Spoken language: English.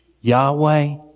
Yahweh